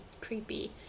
creepy